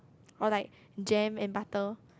or like jam and butter